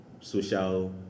social